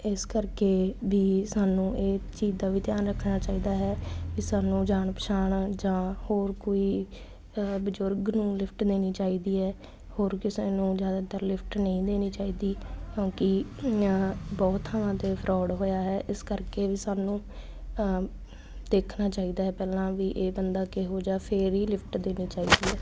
ਇਸ ਕਰਕੇ ਵੀ ਸਾਨੂੰ ਇਹ ਚੀਜ਼ ਦਾ ਵੀ ਧਿਆਨ ਰੱਖਣਾ ਚਾਹੀਦਾ ਹੈ ਕਿ ਸਾਨੂੰ ਜਾਣ ਪਛਾਣ ਜਾਂ ਹੋਰ ਕੋਈ ਬਜ਼ੁਰਗ ਨੂੰ ਲਿਫਟ ਨਹੀਂ ਦੇਣੀ ਚਾਹੀਦੀ ਐ ਹੋਰ ਕਿਸੇ ਨੂੰ ਜਿਆਦਾਤਰ ਲਿਫਟ ਨਹੀਂ ਦੇਣੀ ਚਾਹੀਦੀ ਕਿਉਂਕਿ ਬਹੁਤ ਥਾਵਾਂ ਤੇ ਫਰੋਡ ਹੋਇਆ ਹੈ ਇਸ ਕਰਕੇ ਵੀ ਸਾਨੂੰ ਦੇਖਣਾ ਚਾਹੀਦਾ ਹੈ ਪਹਿਲਾਂ ਵੀ ਇਹ ਬੰਦਾ ਕਿਹੋ ਜਿਹਾ ਫਿਰ ਹੀ ਲਿਫਟ ਦੇਣੀ ਚਾਹੀਦੀ ਆ